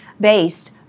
based